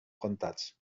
comptats